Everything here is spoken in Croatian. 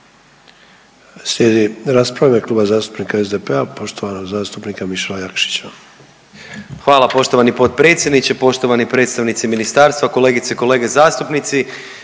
Slijedi rasprava u ime Kluba zastupnika SDP-a, poštovanog zastupnika Mišela Jakšića. **Jakšić, Mišel (SDP)** Hvala poštovani potpredsjedniče, poštovani predstavnici ministarstva, kolegice i kolege zastupnici.